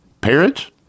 Parents